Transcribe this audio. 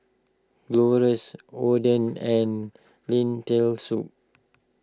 Gyros Oden and Lentil Soup